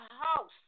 house